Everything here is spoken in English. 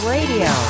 Radio